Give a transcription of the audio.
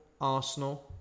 Arsenal